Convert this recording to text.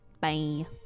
Bye